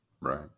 Right